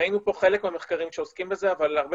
ראינו פה חלק מהמחקרים שעוסקים בזה אבל הרבה